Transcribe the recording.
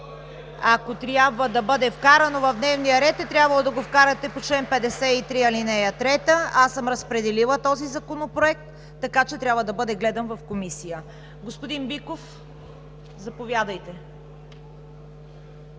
Ако е трябвало да бъде вкарано в дневния ред, трябвало е да го вкарате по чл. 53, ал. 3. Аз съм разпределила този законопроект, така че трябва да бъде гледан в Комисия. Декларация ли? Господин Биков, заповядайте.